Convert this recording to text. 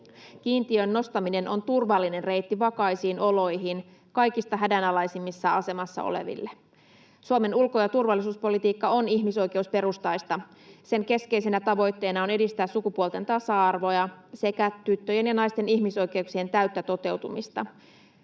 Kiintiön nostaminen on turvallinen reitti vakaisiin oloihin kaikista hädänalaisimmassa asemassa oleville. Suomen ulko- ja turvallisuuspolitiikka on ihmisoikeusperustaista. Sen keskeisenä tavoitteena on edistää sukupuolten tasa-arvoa sekä tyttöjen ja naisten ihmisoikeuksien täyttä toteutumista.